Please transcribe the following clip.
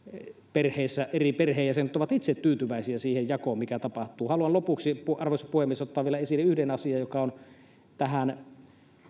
perheessä eri perheenjäsenet ovat itse tyytyväisiä siihen jakoon mikä tapahtuu haluan lopuksi arvoisa puhemies ottaa vielä esille yhden asian joka liittyy